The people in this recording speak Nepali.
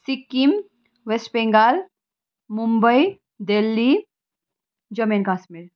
Sikkim West Bengal Mumbai Delhi Jammu and Kashmir